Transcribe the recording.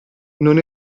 non